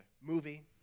movie